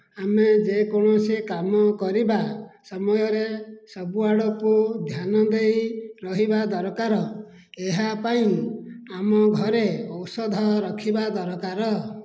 ଆମେ ଯେ କୌଣସି କାମ କରିବା ସମୟରେ ସବୁଆଡ଼କୁ ଧ୍ୟାନ ଦେଇ ରହିବା ଦରକାର ଏହା ପାଇଁ ଆମ ଘରେ ଔଷଧ ରଖିବା ଦରକାର